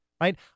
right